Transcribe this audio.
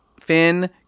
Finn